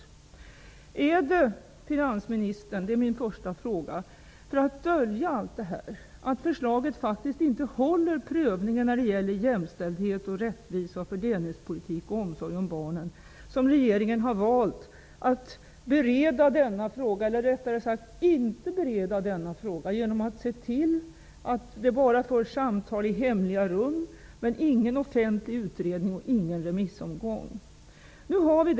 Min första fråga till finansministern är: Är det för att dölja allt detta -- dvs. att förslaget inte håller för prövning när det gäller jämställdhet, rättvisa, fördelningspolitik och omsorg om barnen -- som regeringen har valt att bereda denna fråga, eller rättare: att inte bereda denna fråga, genom att se till att det enbart förs samtal i hemliga rum, utan offentlig utredning och utan remissomgång? Herr talman!